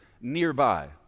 nearby